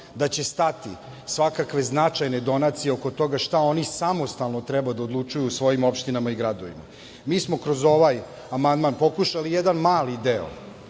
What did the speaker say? da će stati svakakve značajne donacije oko toga šta oni samostalno treba da odlučuju u svojim opštinama i gradovima. Mi smo kroz ovaj amandman pokušali da jedan mali deo,